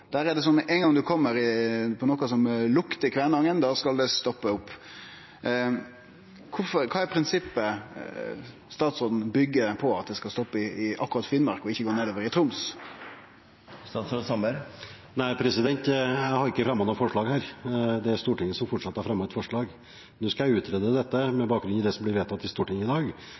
Der er det sånn at med ein gong ein kjem på noko som luktar Kvænangen, skal det stoppe opp. Kva er prinsippet statsråden byggjer på – at det skal stoppe akkurat i Finnmark og ikkje gå nedover i Troms? Jeg har ikke fremmet noe forslag her. Det er Stortinget som har fremmet et forslag. Nå skal jeg utrede dette med bakgrunn i det som blir vedtatt i Stortinget i dag,